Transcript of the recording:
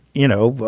you know, but